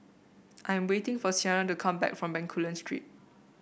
I'm waiting for Siena to come back from Bencoolen Street